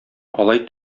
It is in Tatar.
алай